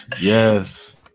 yes